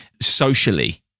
socially